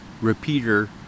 repeater